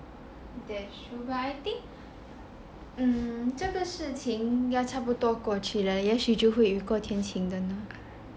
that's true like I think 这个事情应该差不多过起来也许就会雨过天晴